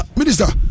minister